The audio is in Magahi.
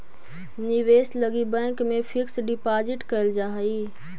निवेश लगी बैंक में फिक्स डिपाजिट कैल जा हई